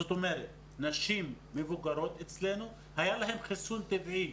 זאת אומרת לנשים המבוגרות אצלנו היה חיסון טבעי.